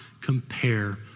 compare